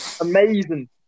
amazing